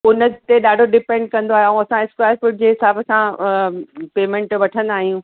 हुन ते ॾाढो डिपेंड कंदो आहे त ऐं असां स्क्वेअर फूट जे हिसाब सां पेमेंट वठंदा आहियूं